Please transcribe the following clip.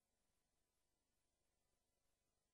העבודה, הרווחה והבריאות להכנה לקריאה